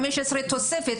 15 מיליון תוספת,